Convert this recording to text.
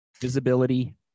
Visibility